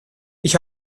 ich